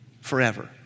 forever